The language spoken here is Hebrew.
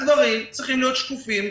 הדברים צריכים להיות שקופים.